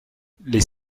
les